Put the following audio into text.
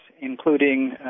including